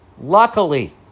Luckily